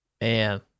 Man